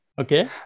Okay